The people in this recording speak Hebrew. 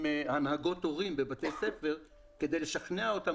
הנהגות הורים בבתי הספר כדי לשכנע אותם